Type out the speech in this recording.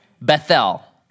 Bethel